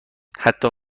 حتی